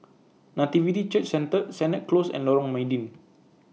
Nativity Church Centre Sennett Close and Lorong Mydin